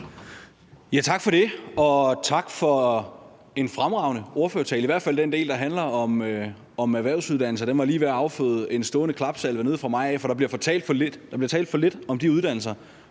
Tak for det. Og tak for en fremragende ordførertale, i hvert fald den del, der handler om erhvervsuddannelser. Den var lige ved at afføde en stående klapsalve nede fra mig, for der bliver talt for lidt om de uddannelser